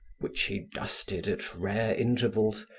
which he dusted at rare intervals,